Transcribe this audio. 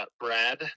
Brad